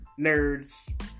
nerds